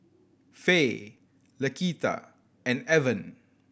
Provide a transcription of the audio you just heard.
Faye Laquita and Evan